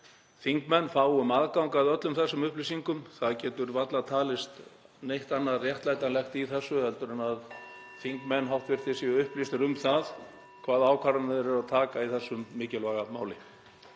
þingmenn fáum aðgang að öllum þessum upplýsingum. Það getur varla talist neitt annað réttlætanlegt í þessu en að hv. þingmenn séu upplýstir um það hvaða ákvarðanir þeir eru að taka í þessu mikilvæga máli.